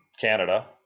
Canada –